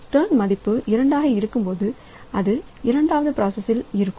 turn மதிப்பு இரண்டாக இருக்கும்பொழுது அது இரண்டாவது பிராஸ்ஸில் இருக்கும்